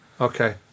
okay